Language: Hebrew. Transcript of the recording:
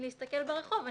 מלהסתכל ברחוב,